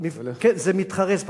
זה מתחרז פשוט.